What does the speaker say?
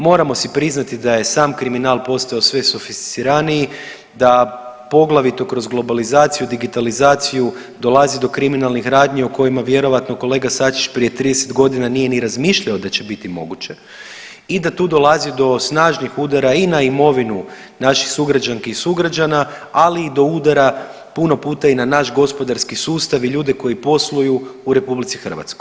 Moramo si priznati da je sam kriminal postao sve sofisticiraniji, da poglavito kroz globalizaciju i digitalizaciju dolazi do kriminalnih radnji o kojima vjerojatno kolega Sačić prije 30.g. nije ni razmišljao da će biti moguće i da tu dolazi do snažnih udara i na imovinu naših sugrađanki i sugrađana, ali i do udara puno puta i na naš gospodarski sustav i ljude koji posluju u RH.